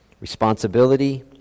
responsibility